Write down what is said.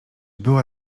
była